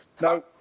No